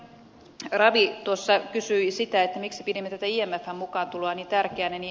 ravi tuossa kysyi sitä miksi pidimme tätä imfn mukaantuloa niin tärkeänä